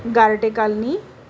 गारटे colony